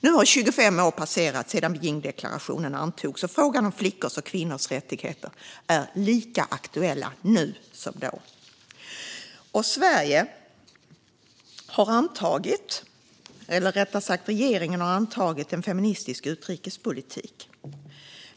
Nu har 25 år passerat sedan Wiendeklarationen antogs, och frågan om flickors och kvinnors rättigheter är lika aktuell nu som då. Regeringen har antagit en feministisk utrikespolitik.